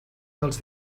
dels